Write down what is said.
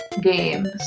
games